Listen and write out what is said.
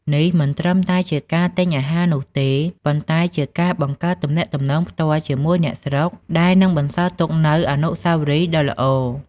នេះមិនត្រឹមតែជាការទិញអាហារនោះទេ ប៉ុន្តែជាការបង្កើតទំនាក់ទំនងផ្ទាល់ជាមួយអ្នកស្រុក ដែលនឹងបន្សល់ទុកនូវអនុស្សាវរីយ៍ដ៏ល្អ។